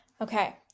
Okay